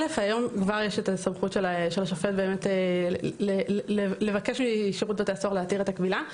היום כבר יש את הסמכות של השופט לבקש משירות בתי הסוהר להתיר את הכבילה.